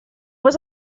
was